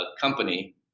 company